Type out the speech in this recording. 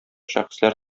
шәхесләр